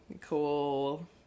cool